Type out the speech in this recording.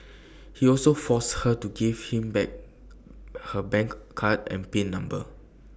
he also forced her to give him back her bank card and pin number